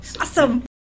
awesome